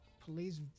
Police